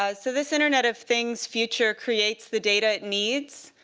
ah so this internet of things future creates the data it needs,